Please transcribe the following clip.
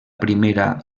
primera